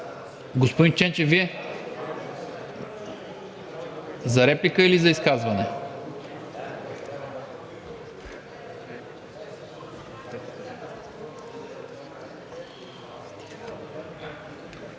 Господин Ченчев, за реплика или за изказване?